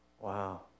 Wow